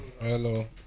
hello